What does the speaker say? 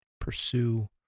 pursue